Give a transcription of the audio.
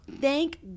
Thank